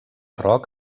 rock